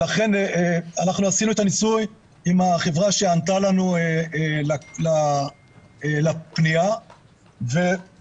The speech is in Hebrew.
אנחנו עשינו את הניסוי עם החברה שענתה לנו לפניה ואמרתי,